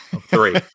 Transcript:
Three